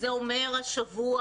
זה אומר השבוע,